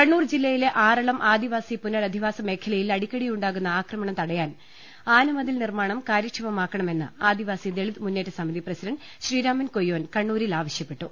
കണ്ണൂർ ജില്ലയിലെ ആറളം ആദിവാസി പുനരധിവാസ മേഖ ലയിൽ അടിക്കടിയുണ്ടാകുന്ന കാട്ടാനകളുടെ ആക്രമണം തടയാൻ ആനമതിൽ നിർമ്മാണം കാര്യക്ഷമമാക്കണമെന്ന് ആദിവാസി ദളിത് മുന്നേറ്റ സമിതി പ്രസിഡണ്ട് ശ്രീരാമൻ കൊയ്യോൻ കണ്ണൂരിൽ ആവശ്യപ്പെട്ടു